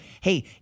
Hey